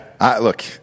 Look